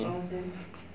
frozen ya